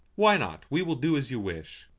why not? we will do as you wish.